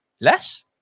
less